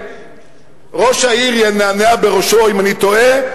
וראש העיר ינענע בראשו אם אני טועה,